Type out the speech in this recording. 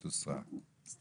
אה, להסיר את זה?